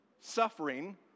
suffering